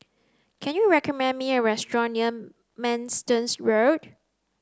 can you recommend me a restaurant near Manston Road